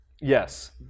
Yes